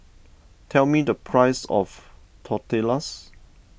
tell me the price of Tortillas